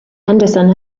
henderson